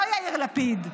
לא יאיר לפיד.